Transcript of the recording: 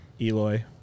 Eloy